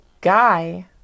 Guy